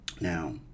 Now